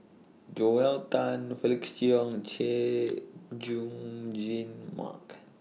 Joel Tan Felix Cheong Chay Jung Jun Mark